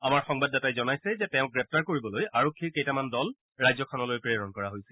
আমাৰ সংবাদদাতাই জনাইছে যে তেওঁক গ্ৰেপ্তাৰ কৰিবলৈ আৰক্ষীৰ কেইটামান দল ৰাজ্যখনলৈ প্ৰেৰণ কৰা হৈছিল